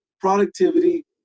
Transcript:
productivity